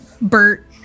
Bert